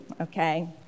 okay